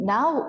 Now